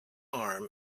arm